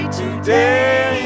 today